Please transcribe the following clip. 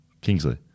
Kingsley